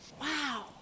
Wow